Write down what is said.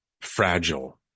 fragile